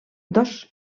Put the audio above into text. dos